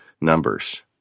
numbers